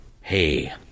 hey